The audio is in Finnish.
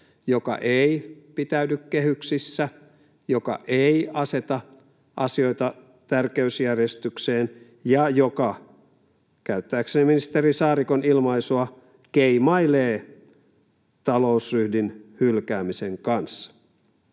joka ei pitäydy kehyksissä, joka ei aseta asioita tärkeysjärjestykseen ja joka, käyttääkseni ministeri Saarikon ilmaisua, keimailee talousryhdin hylkäämisen kanssa.